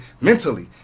mentally